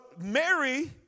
Mary